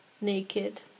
naked